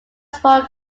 small